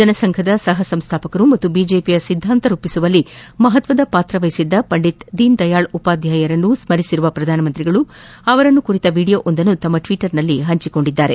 ಜನಸಂಘದ ಸಹಸಂಸ್ವಾಪಕರು ಹಾಗೂ ಬಿಜೆಪಿಯ ಸಿದ್ದಾಂತ ರೂಪಿಸುವಲ್ಲಿ ಮಹತ್ವದ ಪಾತ್ರ ವಹಿಸಿದ್ದ ಪಂಡಿತ್ ದೀನ್ದಯಾಳ್ ಉಪಾಧ್ಯಾಯ ಅವರನ್ನು ಸ್ಪರಿಸಿರುವ ಪ್ರಧಾನಮಂತ್ರಿ ಅವರು ಅವರ ಕುರಿತ ವೀಡಿಯೊವೊಂದನ್ನು ತಮ್ಮ ಟ್ವೀಟರ್ನಲ್ಲಿ ಹಂಚಿಕೊಂಡಿದ್ದಾರೆ